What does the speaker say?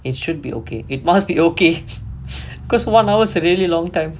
it should be okay it must be okay because one hours a really long time